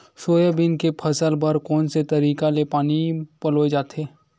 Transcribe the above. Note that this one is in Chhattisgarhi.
सोयाबीन के फसल बर कोन से तरीका ले पानी पलोय जाथे?